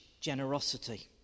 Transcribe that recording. generosity